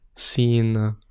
Seen